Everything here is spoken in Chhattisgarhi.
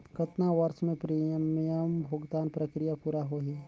कतना वर्ष मे प्रीमियम भुगतान प्रक्रिया पूरा होही?